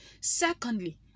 Secondly